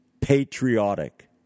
patriotic